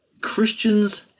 Christians